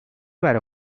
بره